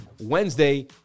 Wednesday